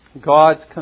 God's